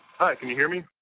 can you hear me?